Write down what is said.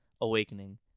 awakening